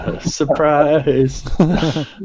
Surprise